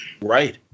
Right